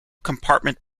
compartment